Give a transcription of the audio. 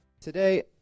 today